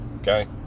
okay